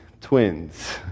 twins